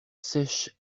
sèche